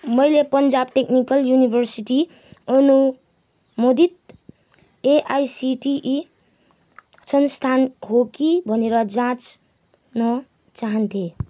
मैले Punjab technical university अनुमोदित AICTE संस्थान हो कि भनेर जाँच्न चाहन्थेँ